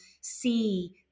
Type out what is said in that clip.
see